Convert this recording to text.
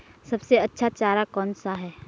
सबसे अच्छा चारा कौन सा है?